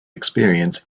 experience